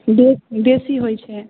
बेसी बेसी होयत छै